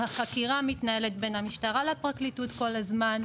החקירה מתקיימת בין המשטרה לפרקליטות כול הזמן,